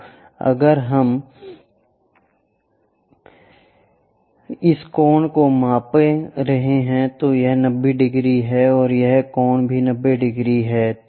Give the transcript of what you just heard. तो अगर हम इस कोण को माप रहे हैं तो यह 90 डिग्री है और यह कोण भी 90 डिग्री है